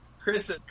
Chris